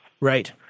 Right